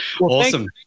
awesome